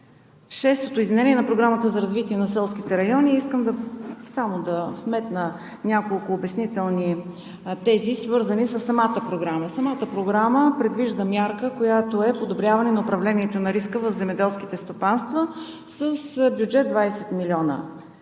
шестото изменение на Програмата за развитие на селските райони. Искам само да вметна няколко обяснителни тези, свързани със самата програма. Самата програма предвижда мярка, която е подобряване на управлението на риска в земеделските стопанства с бюджет 20 млн.